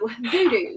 voodoo